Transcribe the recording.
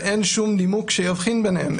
ואין שום נימוק שיבחין ביניהם,